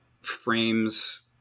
frames